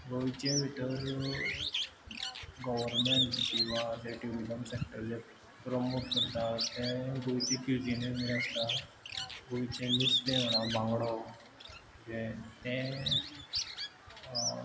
गोंयचे भितर गव्हर्मेंट किंवां जें ट्युरिजम सॅक्टर जें प्रमोट करता तें गोंयची क्विजीनूय बी आसता गोंयचें नुस्तें म्हणा बांगडो तें